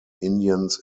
indians